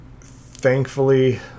thankfully